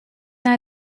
nei